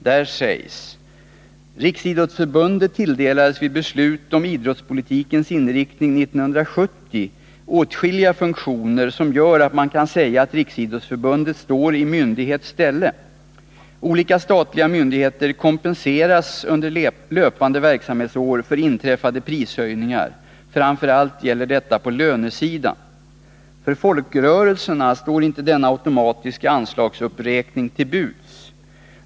Där sägs: ”Riksidrottsförbundet tilldelades vid beslutet om idrottspolitikens inriktning 1970 åtskilliga funktioner som gör att man kan säga att riksidrottsförbundet står i myndighets ställe. Olika statliga myndigheter kompenseras under löpande verksamhetsår för inträffade prishöjningar, framför allt gäller detta på lönesidan. För folkrörelserna står inte denna automatiska anslagsuppräkning till buds.